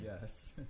Yes